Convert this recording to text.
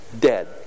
dead